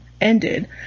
ended